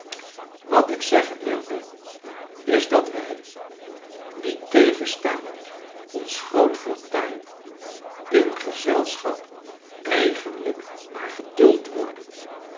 wat kleine dorrit ik zeggen wilde is dat wij niettegenstaande ons groat fortuin in gezelschap eigenlijk maar geduld worden